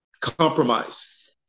compromise